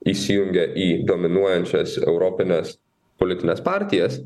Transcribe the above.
įsijungia į dominuojančias europines politines partijas